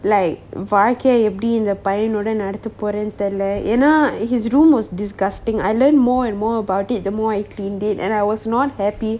like வாழ்க்கைய எப்டி இந்த பையனோட நடத்தப்போறனு தெரியல ஏன்னா:valkakaya epdi intha paiyanoda nadathapporanu theriyala eanna his room was disgusting I learned more and more about it the more I cleaned it and I was not happy